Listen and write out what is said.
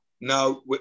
Now